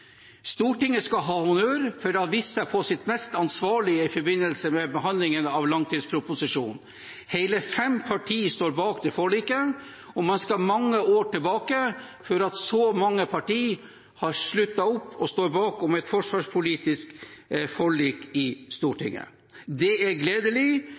Stortinget skal ha honnør for å ha vist seg på sitt mest ansvarlige i forbindelse med behandlingen av langtidsproposisjonen. Hele fem partier står bak det forliket, og man skal mange år tilbake for at så mange partier har sluttet opp om og står bak et forsvarspolitisk forlik i Stortinget. Det er gledelig.